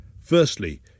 firstly